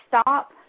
stop